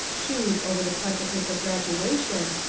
shoo'd over the precipice of graduation,